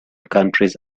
countries